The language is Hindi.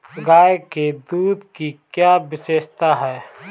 गाय के दूध की क्या विशेषता है?